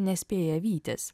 nespėja vytis